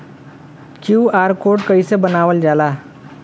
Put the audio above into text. QR code कइसे बनवाल जाला?